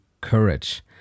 courage